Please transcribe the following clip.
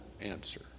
answer